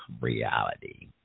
reality